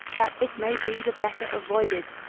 that it may be the better avoided.